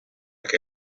que